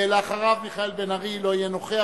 אחריו, מיכאל בן-ארי לא יהיה נוכח.